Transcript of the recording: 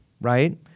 right